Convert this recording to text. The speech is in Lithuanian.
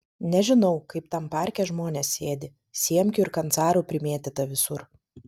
nežinau kaip tam parke žmonės sėdi siemkių ir kancarų primėtyta visur